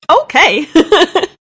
Okay